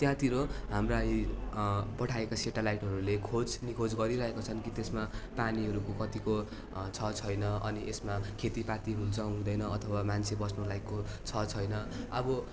त्यहाँतिर हाम्रा यी पठाइएका सेटालाइटहरूले खोज निखोज गरिरहेका छन् कि त्यसमा पानीहरू कतिको छ छैन अनि यसमा खेतीपाती हुन्छ हुँदैन अथवा मान्छे बस्नु लायकको छ छैन अब